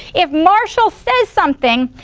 if marshall says something,